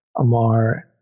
Amar